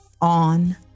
on